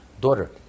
daughter